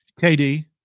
KD